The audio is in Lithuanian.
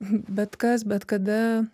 bet kas bet kada